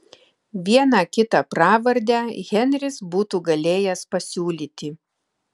vieną kitą pravardę henris būtų galėjęs pasiūlyti